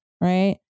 right